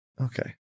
okay